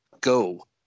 go